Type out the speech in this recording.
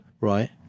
Right